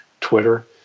Twitter